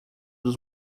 dos